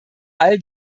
all